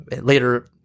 Later